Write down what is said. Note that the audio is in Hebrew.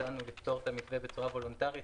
הצענו לפתור את הבעיה בצורה וולונטרית,